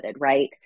right